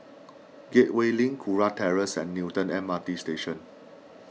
Gateway Link Kurau Terrace and Newton M R T Station